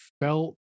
felt